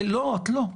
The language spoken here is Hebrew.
לא, את לא.